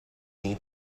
need